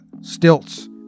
stilts